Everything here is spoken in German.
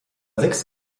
sechs